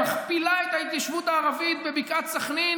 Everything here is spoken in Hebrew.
מכפילה את התיישבות הערבית בבקעת סח'נין